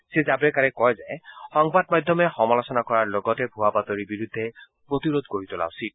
শ্ৰীজাভাড়েকাৰে কয় যে সংবাদ মাধ্যমে সমালোচনা কৰাৰ লগতে ভুৱা বাতৰিৰ বিৰুদ্ধে প্ৰতিৰোধ গঢ়ি তোলা উচিত